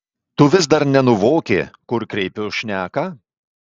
tu vis dar nenuvoki kur kreipiu šneką